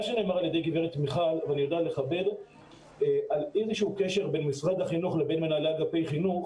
גברת מיכל דיברה על קשר בין משרד החינוך לבין מנהלי אגפי חינוך.